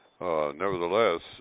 nevertheless